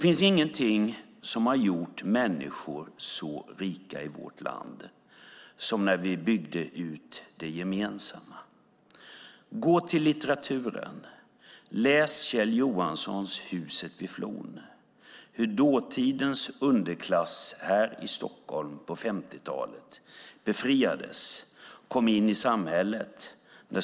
Ingenting har gjort människor i vårt land så rika som när vi byggde ut det gemensamma. Gå till litteraturen. Läs Kjell Johanssons Huset vid Flon om hur dåtidens underklass här i Stockholm på 50-talet befriades och kom in i samhället.